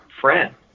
friend